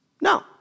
No